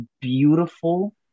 beautiful